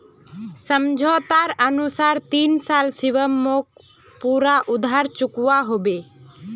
समझोतार अनुसार तीन साल शिवम मोक पूरा उधार चुकवा होबे